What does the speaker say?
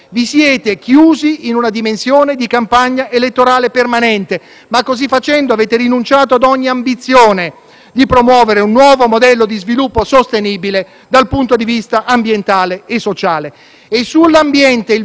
di promuovere un nuovo modello di sviluppo sostenibile dal punto di vista ambientale e sociale. E sull'ambiente, il vostro DEF, che incorpora un piano energia e clima ben poco ambizioso, gioca al ribasso;